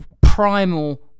primal